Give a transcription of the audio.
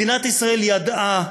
מדינת ישראל ידעה,